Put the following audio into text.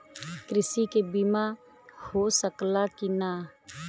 कृषि के बिमा हो सकला की ना?